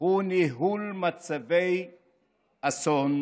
הוא ניהול מצבי אסון